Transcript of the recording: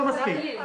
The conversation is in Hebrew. לא מספיק.